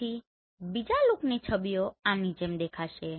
પછી બીજા લૂકની છબીઓ આની જેમ દેખાશે